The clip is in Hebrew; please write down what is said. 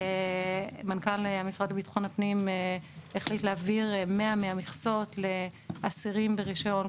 מנכ"ל המשרד לביטחון הפנים החליט להעביר 100 מהמכסות לאסירים ברישיון,